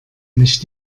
nicht